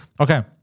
okay